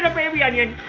ah baby onion.